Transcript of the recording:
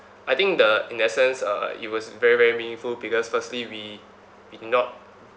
I think the in that sense uh it was very very meaningful because firstly we we did not